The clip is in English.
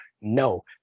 no